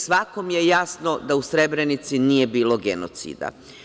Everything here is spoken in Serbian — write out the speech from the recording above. Svakom je jasno da u Srebrenici nije bilo genocida.